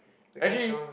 actually